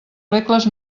regles